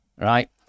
right